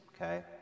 okay